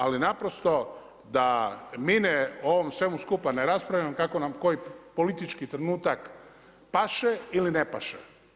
Ali naprosto da mi o ovome svemu skupa ne raspravljamo kako nam koji politički trenutak paše ili ne paše.